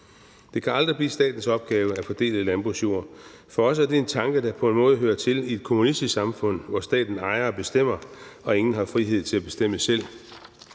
Det kan aldrig blive statens opgave at fordele landbrugsjord. For os er det en tanke, der på en måde hører til i et kommunistisk samfund, hvor staten ejer og bestemmer og ingen har frihed til at bestemme selv.